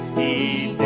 a